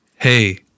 Hey